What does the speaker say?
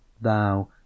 Thou